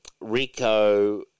Rico